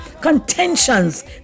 contentions